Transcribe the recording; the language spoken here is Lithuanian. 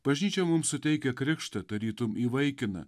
bažnyčia mums suteikia krikštą tarytum įvaikina